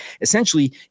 Essentially